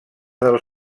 del